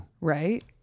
Right